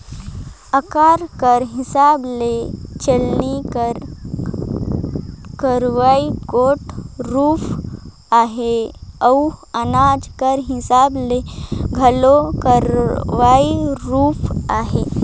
अकार कर हिसाब ले चलनी कर कइयो गोट रूप अहे अउ अनाज कर हिसाब ले घलो कइयो रूप अहे